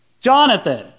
Jonathan